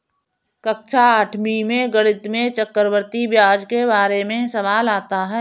कक्षा आठवीं में गणित में चक्रवर्ती ब्याज के बारे में सवाल आता है